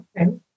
Okay